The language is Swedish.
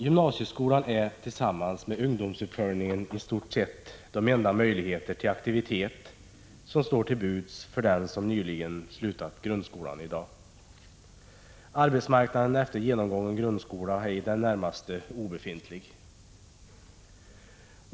Gymnasieskolan är tillsammans med ungdomsuppföljningen i stort sett den enda möjlighet till aktivitet som i dag står till buds för den som nyligen har slutat grundskolan. Arbetsmarknaden för den som endast har genomgått grundskola är i det närmaste obefintlig.